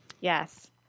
Yes